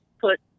put